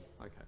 Okay